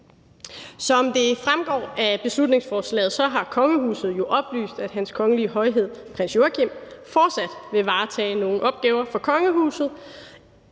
Som det fremgår af beslutningsforslaget, har kongehuset jo oplyst, at Hans Kongelige Højhed Prins Joachim fortsat vil varetage nogle opgaver for kongehuset